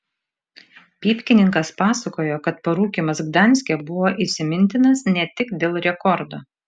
pypkininkas pasakojo kad parūkymas gdanske buvo įsimintinas ne tik dėl rekordo